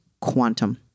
quantum